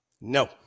No